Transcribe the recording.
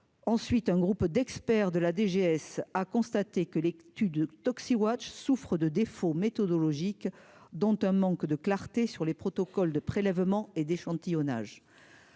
ensuite un groupe d'experts de la DGS a constaté que l'étude Tocci Watch souffre de défauts méthodologiques dont un manque de clarté sur les protocoles de prélèvement et d'échantillonnage